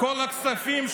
כל הכספים,